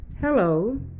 Hello